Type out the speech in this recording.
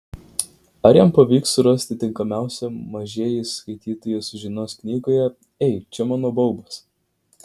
ar jam pavyks surasti tinkamiausią mažieji skaitytojai sužinos knygoje ei čia mano baubas